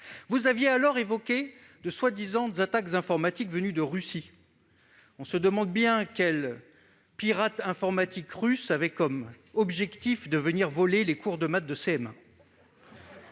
Vous aviez alors évoqué de prétendues attaques informatiques venues de Russie. On se demande bien quel pirate informatique russe aurait comme objectif de voler les cours de maths de CM1